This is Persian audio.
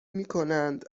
میکنند